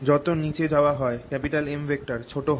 যত নিচে যাওয়া হয় M ছোট হয়